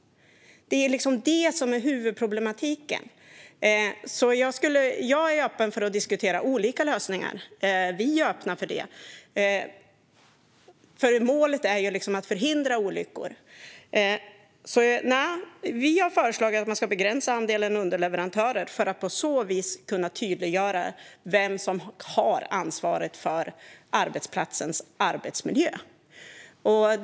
Det är huvudproblemet. Vi är öppna för att diskutera olika lösningar. Målet är att förhindra olyckor. Vi har föreslagit att antalet underleverantörer ska begränsas för att på så vis göra tydligt vem som har ansvaret för arbetsplatsens arbetsmiljö.